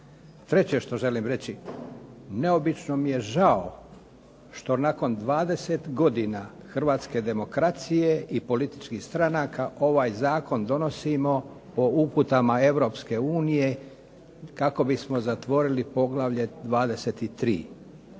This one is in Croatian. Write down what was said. Treće što želim reći, neobično mi je žao što nakon 20 godina hrvatske demokracije i političkih stranaka ovaj zakon donosimo po uputama Europske unije kako bismo zatvorili poglavlje 23.